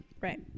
Right